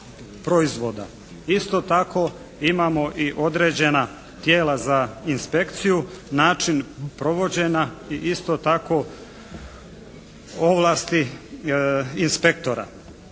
Isto tako imamo i određena tijela za inspekciju, način provođenja i isto tako ovlasti inspektora